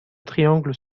triangles